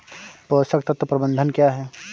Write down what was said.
पोषक तत्व प्रबंधन क्या है?